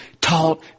taught